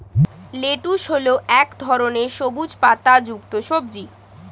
lettuce হল এক ধরনের সবুজ পাতাযুক্ত সবজি